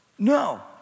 No